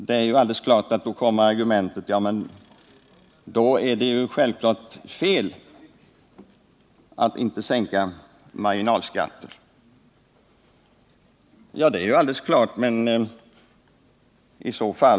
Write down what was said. Naturligtvis invänds mot detta att i så fall måste det vara riktigt att sänka marginalskatten och att göra det så drastiskt som möjligt.